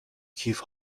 کیف